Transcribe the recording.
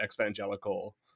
evangelical